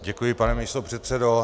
Děkuji, pane místopředsedo.